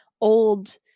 old